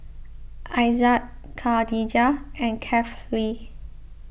Aizat Khadija and Kefli